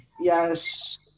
Yes